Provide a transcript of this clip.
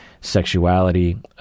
sexuality